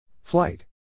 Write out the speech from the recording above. Flight